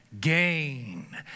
gain